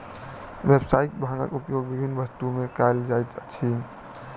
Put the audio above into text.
व्यावसायिक भांगक उपयोग विभिन्न वस्तु में कयल जाइत अछि